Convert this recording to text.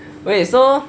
wait so